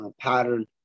pattern